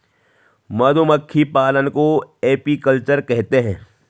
मधुमक्खी पालन को एपीकल्चर कहते है